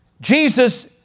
Jesus